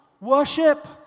Worship